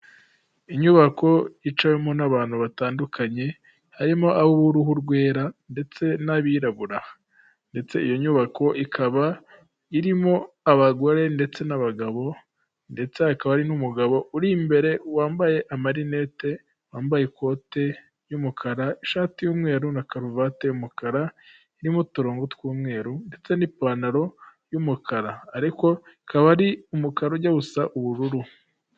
Inyubako yicamo n'abantu batandukanye harimo ab'uruhu rwera ndetse n'abirabura ndetse iyo nyubako ikaba irimo abagore ndetse n'abagabo ndetse hakaba n'umugabo uri imbere wambaye amarinete, wambaye ikote ry'umukara, ishati y'umweru na karuvati y'umukara irimo uturongo tw'umweru ndetse n'ipantaro y'umukara ariko ikaba ari umukara ujya gusa ubururu.